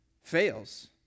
fails